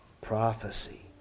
prophecy